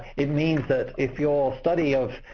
it means that if you're study of